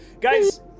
Guys